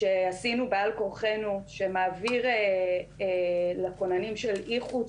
שעשינו בעל כורחנו שמעביר לכוננים של איחוד,